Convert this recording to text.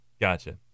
gotcha